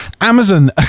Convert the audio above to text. Amazon